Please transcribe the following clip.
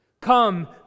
Come